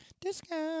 Discount